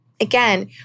Again